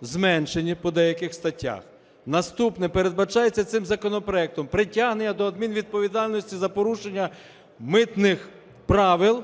зменшені по деяких статтях. Наступне. Передбачається цим законопроектом притягнення до адмінвідповідальності за порушення митних правил